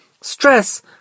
Stress